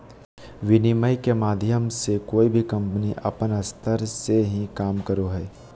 विनिमय के माध्यम मे कोय भी कम्पनी अपन स्तर से ही काम करो हय